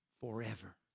forever